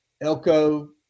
Elko